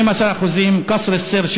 12%; קסר-א-סיר,